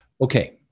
Okay